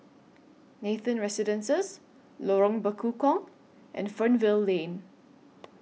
Nathan Residences Lorong Bekukong and Fernvale Lane